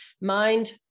mind